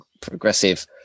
progressive